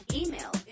email